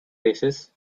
races